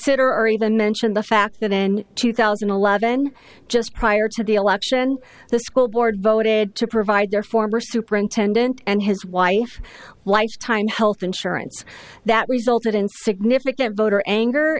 consider or even mention the fact that in two thousand and eleven just prior to the election the school board voted to provide their former superintendent and his wife like tyne health insurance that resulted in significant voter anger